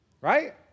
Right